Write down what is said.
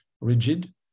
rigid